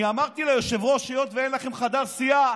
אני אמרתי ליושב-ראש: היות שאין לכם חדר סיעה,